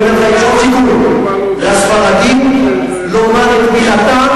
אני אומר לך: יש עוד סיכוי לספרדים לומר את מילתם,